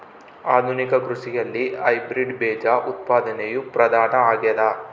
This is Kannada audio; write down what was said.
ಆಧುನಿಕ ಕೃಷಿಯಲ್ಲಿ ಹೈಬ್ರಿಡ್ ಬೇಜ ಉತ್ಪಾದನೆಯು ಪ್ರಧಾನ ಆಗ್ಯದ